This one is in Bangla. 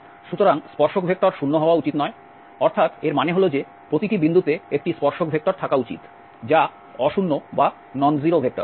সুতরাং স্পর্শক ভেক্টর 0 হওয়া উচিত নয় অর্থাৎ এর মানে হল যে প্রতিটি বিন্দুতে একটি স্পর্শক ভেক্টর থাকা উচিত যা অ শূন্য ভেক্টর